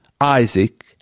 Isaac